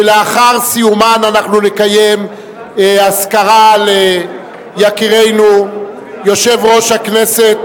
שלאחר סיומן אנחנו נקיים אזכרה ליקירנו יושב-ראש הכנסת